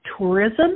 tourism